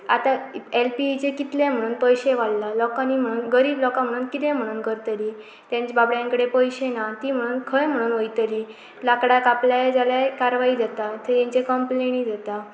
आतां एलपीचे कितले म्हणून पयशे वाडलां लोकांनी म्हणून गरीब लोकां म्हणून कितें म्हणून करतली तेंच्या बाबड्यांकडेन पयशे ना ती म्हणून खंय म्हणून वयतली लांकडाक आपल्या जाल्या कारवई जाता थंय तेंचे कंमप्लेनी जाता